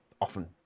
often